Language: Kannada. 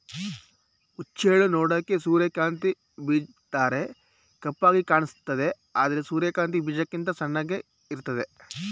ಹುಚ್ಚೆಳ್ಳು ನೋಡೋಕೆ ಸೂರ್ಯಕಾಂತಿ ಬೀಜದ್ತರ ಕಪ್ಪಾಗಿ ಕಾಣಿಸ್ತದೆ ಆದ್ರೆ ಸೂರ್ಯಕಾಂತಿ ಬೀಜಕ್ಕಿಂತ ಸಣ್ಣಗೆ ಇರ್ತದೆ